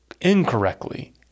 incorrectly